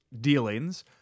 dealings